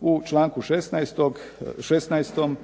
U članku 16.